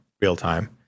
real-time